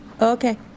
Okay